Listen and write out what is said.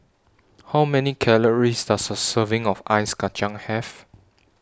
How Many Calories Does A Serving of Ice Kacang Have